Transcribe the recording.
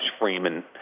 Freeman